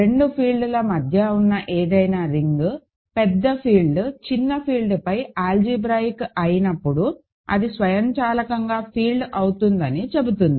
రెండు ఫీల్డ్ల మధ్య ఉన్న ఏదైనా రింగ్ పెద్ద ఫీల్డ్ చిన్న ఫీల్డ్పై ఆల్జీబ్రాయిక్ అయినప్పుడు అది స్వయంచాలకంగా ఫీల్డ్ అవుతుందని చెబుతుంది